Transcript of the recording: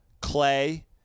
Clay